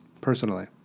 personally